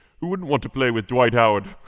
who wouldn't want to play with dwight howard?